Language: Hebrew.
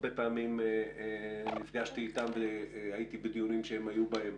הרבה פעמים נפגשתי אתם והייתי בדיונים שהם היו בהם